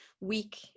week